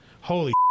holy